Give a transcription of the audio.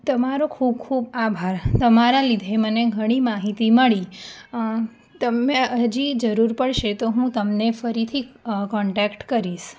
તમારો ખૂબ ખૂબ આભાર તમારા લીધે મને ઘણી માહિતી મળી મને હજુ જરૂર પડશે તો હું તમને ફરીથી કોન્ટેક્ટ કરીશ